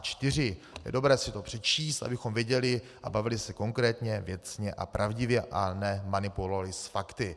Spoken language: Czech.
Je dobré si to přečíst, abychom věděli a bavili se konkrétně, věcně a pravdivě a nemanipulovali s fakty.